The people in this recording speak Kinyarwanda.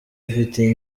ifite